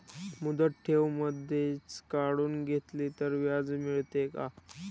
मुदत ठेव मधेच काढून घेतली तर व्याज मिळते का?